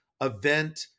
event